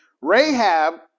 Rahab